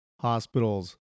hospitals